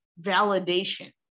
validation